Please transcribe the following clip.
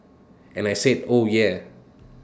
and I said oh yeah